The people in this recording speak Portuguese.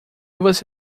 você